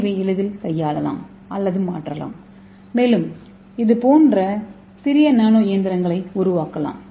ஏவை எளிதில் கையாளலாம் அல்லது மாற்றலாம் மேலும் இதுபோன்ற சிறிய நானோ இயந்திரங்களை உருவாக்கலாம்